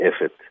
effort